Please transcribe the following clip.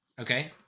okay